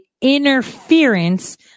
Interference